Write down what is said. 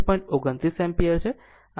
29 ampere છે